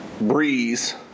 Breeze